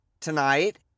tonight